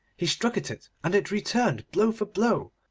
he struck at it, and it returned blow for blow.